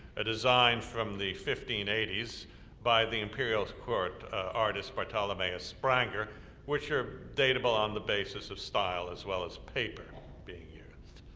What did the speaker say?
a design from the fifteen eighty s by the imperial court artist, but um bartholomeus spranger which are datable on the basis of style as well as paper being used,